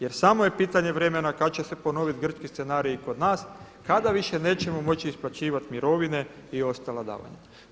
Jer samo je pitanje vremena kada će se ponoviti grčki scenarij i kod nas, kada više nećemo moći isplaćivati mirovine i ostala davanja.